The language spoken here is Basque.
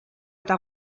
eta